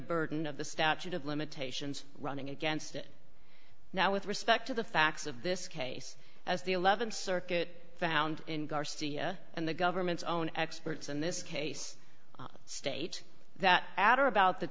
burden of the statute of limitations running against it now with respect to the facts of this case as the th circuit found in garcia and the government's own experts in this case state that after about the